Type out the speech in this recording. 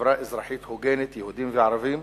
בחברה אזרחית הוגנת, יהודים וערבים,